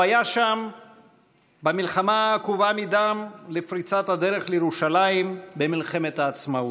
הוא היה שם במלחמה העקובה מדם לפריצת הדרך לירושלים במלחמת העצמאות,